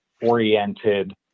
oriented